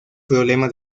problema